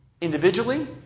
individually